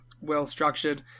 well-structured